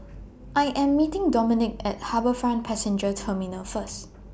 I Am meeting Dominque At HarbourFront Passenger Terminal First